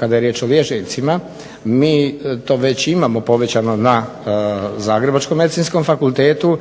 kada je riječ o liječnicima mi to već imamo povećano na Zagrebačkom medicinskom fakultetu.